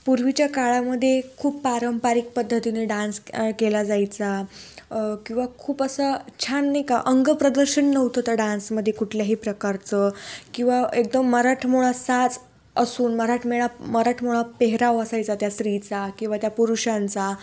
पूर्वीच्या काळामध्ये खूप पारंपरिक पद्धतीने डान्स केला जायचा किंवा खूप असा छान नाही का अंग प्रदर्शन नव्हतं त्या डान्समध्ये कुठल्याही प्रकारचं किंवा एकदम मराठमोळा साज असून मराठमेळा मराठमोळा पेहराव असायचा त्या स्त्रीचा किंवा त्या पुरुषांचा